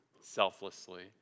selflessly